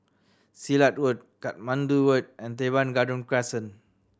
Silat Road Katmandu Road and Teban Garden Crescent